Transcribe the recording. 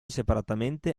separatamente